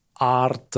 Art